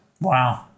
Wow